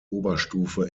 oberstufe